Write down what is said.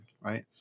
right